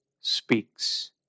speaks